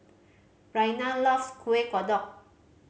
Raina loves Kueh Kodok